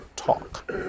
talk